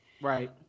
Right